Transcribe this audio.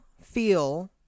feel